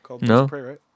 No